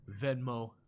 Venmo